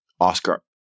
Oscar